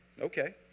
okay